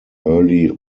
early